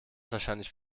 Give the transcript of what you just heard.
wahrscheinlich